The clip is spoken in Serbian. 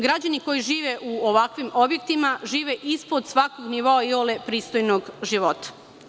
Građani koji žive u ovakvim objektima žive ispod svakog nivoa iole pristojnog života.